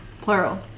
Plural